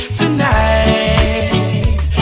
tonight